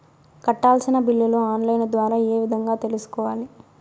కట్టాల్సిన బిల్లులు online ద్వారా ఏ విధంగా తెలుసుకోవాలి?